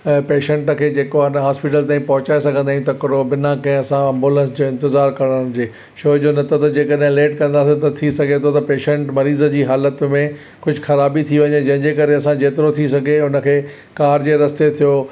ऐं पेशेंट खे जेको आहे न हॉस्पिटल ताईं पहुंचाए सघंदा आहियूं तकिड़ो बिना कंहिं असां एंबुलेंस जे इंतजार करण जे छो जो न त त जेकॾहिं लेट कंदासीं त थी सघे थो त पेशेंट मरीज़ जी हालत में कुझु ख़राबी थी वञे जंहिंजे करे असां जेतिरो थी सघे हुनखे कार जे रस्ते थियो